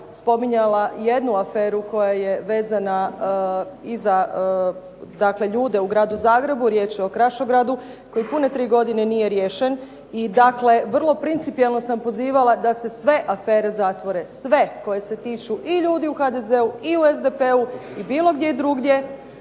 spominjala jednu aferu koja je vezana i za dakle ljude u Gradu Zagrebu, riječ je o "Krašogradu", koji pune tri godine nije riješen i dakle vrlo principijelno sam pozivala da se sve afere zatvore. Sve koje se tiču i ljudi u HDZ-u, i u SDP-u i bilo gdje drugdje.